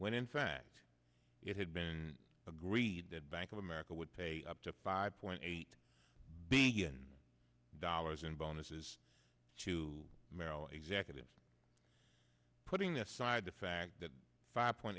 when in fact it had been agreed that bank of america would pay up to five point eight billion dollars in bonuses to merrill executives putting that aside the fact that five point